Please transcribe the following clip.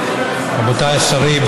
רבותיי השרים,